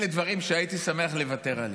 אלה דברים שהייתי שמח לוותר עליהם.